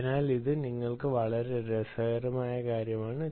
അതിനാൽ ഇത് നിങ്ങൾക്ക് വളരെ രസകരമായ കാര്യമാണ്